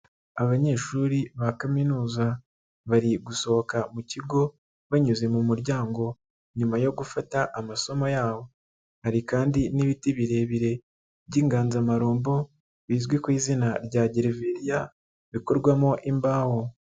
Abanyeshuri ba kaminuza, bari gusohoka mu kigo, banyuze mu muryango nyuma yo gufata amasomo yabo. Hari kandi n'ibiti birebire by'inganzamarumbo, bizwi ku izina rya Gereveriya bikorwamo imbaho.